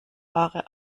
ware